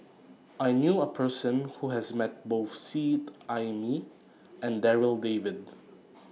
I knew A Person Who has Met Both Seet Ai Mee and Darryl David